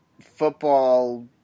football